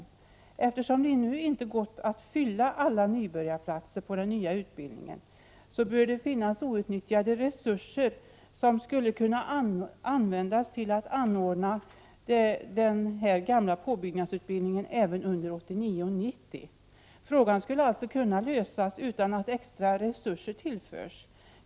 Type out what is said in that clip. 70 GS Eftersom det nu inte har gått att fylla alla nybörjarplatser på den nya utbildningslinjen bör det finnas outnyttjade resurser som skulle kunna användas till att anordna undervisning på den gamla påbyggnadslinjen även under budgetåret 1989/90. Frågan skulle alltså kunna lösas utan att extra resurser tillförs.